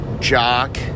jock